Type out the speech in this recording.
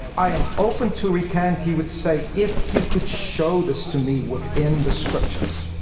i am open to recant, he would say, if you could show this to me within the scriptures.